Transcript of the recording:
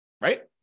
Right